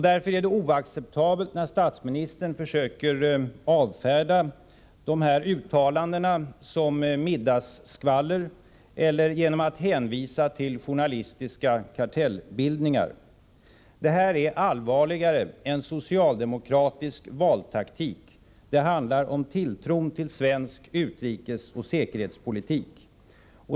Därför är det oacceptabelt när statsministern försöker avfärda de här uttalandena som middagsskvaller eller genom att hänvisa till journalistiska kartellbildningar. Det här är allvarligare än socialdemokratisk valtaktik. Det handlar om tilltron till svensk utrikesoch säkerhetspolitik.